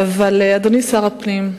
אדוני שר הפנים,